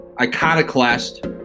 Iconoclast